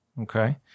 Okay